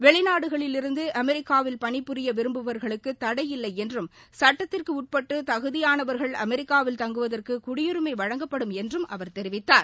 வெளிநாடுகளிலிருந்து அமெிக்காவில் பணி புரிய விரும்புபவர்களுக்கு தடை இல்லை என்றும் சட்டத்திற்கு உட்பட்டு தகுதியானவா்கள் அமெரிக்காவில் தங்குவதற்கு குடியுரிமை வழங்கப்படும் என்றும் அவர் தெரிவித்தார்